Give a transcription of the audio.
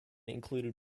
included